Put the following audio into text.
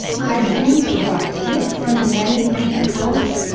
identify different management approaches,